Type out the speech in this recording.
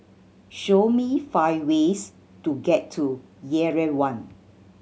show me five ways to get to Yerevan